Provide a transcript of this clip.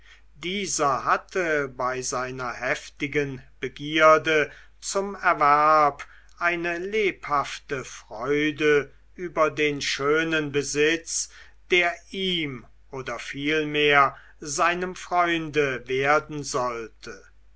dieser hatte bei seiner heftigen begierde zum erwerb eine lebhafte freude über den schönen besitz der ihm oder vielmehr seinem freunde werden sollte